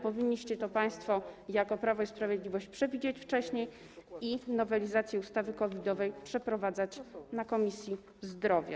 Powinniście to państwo jako Prawo i Sprawiedliwość przewidzieć wcześniej i nowelizację ustawy COVID-owej przeprowadzać na posiedzeniu Komisji Zdrowia.